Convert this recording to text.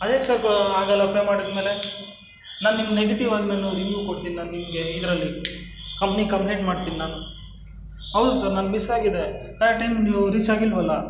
ಅದೇಗೆ ಆಗಲ್ಲ ಅಪ್ಲೈ ಮಾಡಿದ್ಮೇಲೆ ನಾನು ನಿಮ್ಮ ನೆಗೆಟಿವ್ ರಿವ್ಯೂವ್ ಕೊಡ್ತೀನಿ ನಾನು ನಿಮಗೆ ಇದರಲ್ಲಿ ಕಂಪ್ನಿಗೆ ಕಂಪ್ಲೇಂಟ್ ಮಾಡ್ತೀನಿ ನಾನು ಹೌದು ಸರ್ ನನ್ನ ಮಿಸ್ಸಾಗಿದೆ ಕರೆಟ್ ಟೈಮ್ ನೀವು ರೀಚ್ ಆಗಿಲ್ವಲ್ಲ